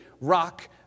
rock